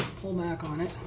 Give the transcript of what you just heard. pull back on it.